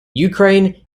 ukraine